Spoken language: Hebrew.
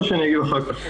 או שאני אגיב אחר כך?